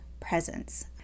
presence